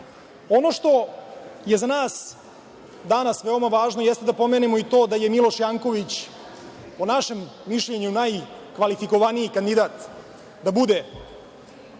što je za nas danas veoma važno, jeste da pomenemo i to da je Miloš Janković, po našem mišljenju, najkvalifikovaniji kandidat da bude